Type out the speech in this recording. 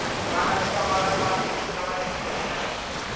बारावीच्या वर्गात वार्षिक टक्केवारी शिकवली जाते